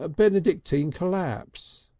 ah benedictine collapse.